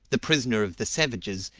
the prisoner of the savages,